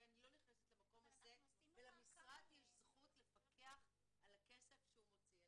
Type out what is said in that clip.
אני לא נכנסת למקום הזה ולמשרד יש זכות לפקח על הכסף שהוא מוציא,